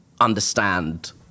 understand